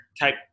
type